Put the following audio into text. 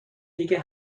دیگه